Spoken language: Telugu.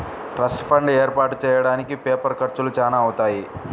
ట్రస్ట్ ఫండ్ ఏర్పాటు చెయ్యడానికి పేపర్ ఖర్చులు చానా అవుతాయి